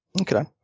okay